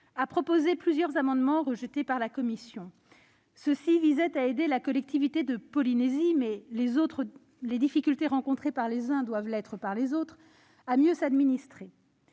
a proposé plusieurs amendements, qui ont été rejetés par la commission. Ils visaient à aider la collectivité de Polynésie- mais les difficultés rencontrées par les uns doivent l'être par les autres -à mieux s'administrer.